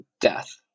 death